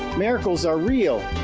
miracles are real!